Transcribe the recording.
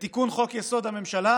בתיקון חוק-יסוד: הממשלה,